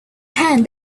hand